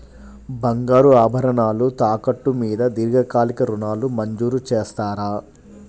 బంగారు ఆభరణాలు తాకట్టు మీద దీర్ఘకాలిక ఋణాలు మంజూరు చేస్తారా?